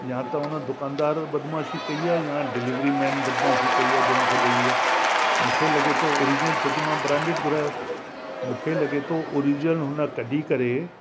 या त उन दुकानदार बदमाशी कयी आहे या डिलीवरी मैन बदमाशी कयी आहे जो मूंखे ॾेई वियो मूंखे लॻे थो ऑरिजनल छोकी मां ब्रांडिड घुरायो मूंखे लॻे थो ऑरिजनल हुन कढी करे